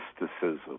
mysticism